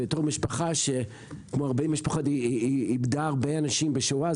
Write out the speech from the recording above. בתור משפחה שכמו הרבה משפחות איבדה הרבה אנשים בשואה,